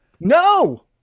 No